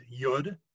yud